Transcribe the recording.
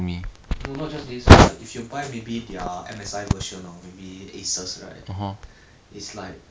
honest I I just need to play with them once ah that's why you see sometimes I lose that game but afterwards is not that bad already